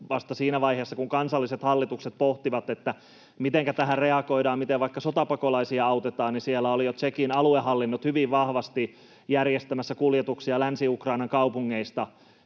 että siinä vaiheessa, kun kansalliset hallitukset vasta pohtivat, mitenkä tähän reagoidaan, miten vaikka sotapakolaisia autetaan, siellä olivat jo Tšekin aluehallinnot hyvin vahvasti järjestämässä kuljetuksia Länsi-Ukrainan kaupungeista